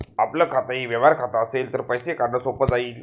आपलं खातंही व्यवहार खातं असेल तर पैसे काढणं सोपं जाईल